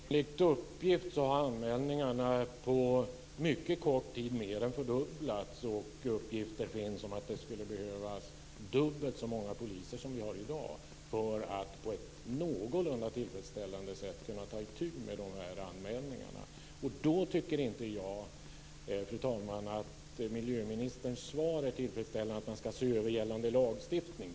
Fru talman! Enligt uppgift har anmälningarna på mycket kort tid mer än fördubblats. Det finns uppgifter om att det skulle behövas dubbelt så många poliser som vi har i dag för att på ett någorlunda tillfredsställande sätt kunna ta itu med de här anmälningarna. Mot den bakgrunden tycker inte jag, fru talman, att miljöministerns svar är tillfredsställande - att man ska se över gällande lagstiftning.